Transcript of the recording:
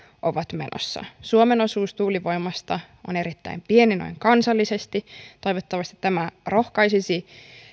ovat menossa suomessa tuulivoiman osuus on erittäin pieni kansallisesti toivottavasti tämä rohkaisisi